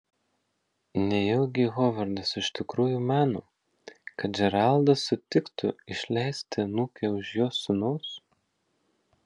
nejaugi hovardas iš tikrųjų mano kad džeraldas sutiktų išleisti anūkę už jo sūnaus